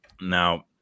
Now